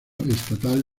estatal